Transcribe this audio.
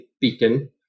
beacon